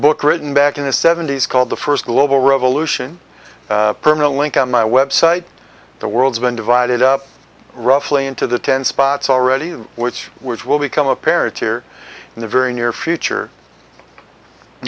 book written back in the seventy's called the first global revolution permalink on my website the world's been divided up roughly into the ten spots already which which will become apparent here in the very near future